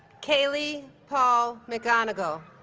kayley paul mcgonagle